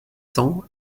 cents